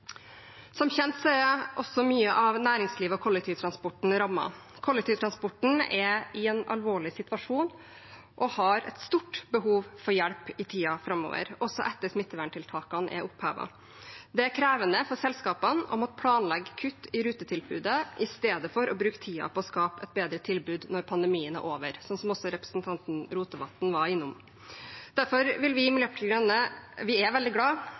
Som kjent er også mye av næringslivet og kollektivtransporten rammet. Kollektivtransporten er i en alvorlig situasjon og har et stort behov for hjelp i tiden framover, også etter at smitteverntiltakene er opphevet. Det er krevende for selskapene å måtte planlegge kutt i rutetilbudet i stedet for å bruke tiden på å skape et bedre tilbud når pandemien er over, som også representanten Rotevatn var innom i sitt innlegg. Derfor er vi i Miljøpartiet De Grønne veldig glad